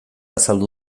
azaldu